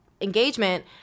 engagement